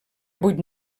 vuit